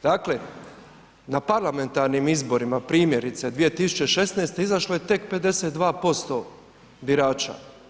Dakle, na parlamentarnim izborima primjerice 2016. izašlo je tek 52% birača.